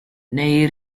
nei